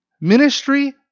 ministry